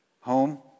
Home